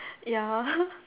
ya